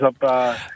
up